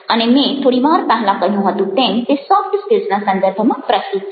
અને મેં થોડી વાર પહેલાં કહ્યું હતું તેમ તે સોફ્ટ સ્કિલ્સના સંદર્ભમાં પ્રસ્તુત છે